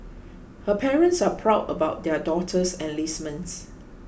her parents are proud about their daughter's enlistment